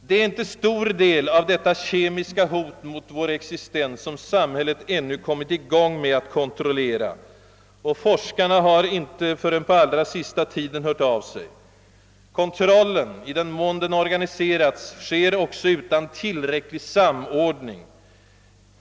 Det är inte stor del av detta kemiska hot mot vår existens, som samhället ännu kommit i gång med att kontrollera. Och forskarna har inte förrän på allra senaste tiden hört av sig. Kontrollen — i den mån den organiserats — sker också utan tillräcklig samordning.